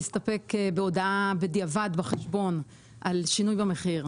להסתפק בהודעה בדיעבד בחשבון על שינוי במחיר.